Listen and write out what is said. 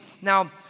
Now